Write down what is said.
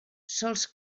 sols